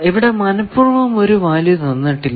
ഇവിടെ മനപ്പൂർവം ഒരു വാല്യൂ തന്നിട്ടില്ല